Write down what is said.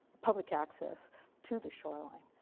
public access to the shoreline.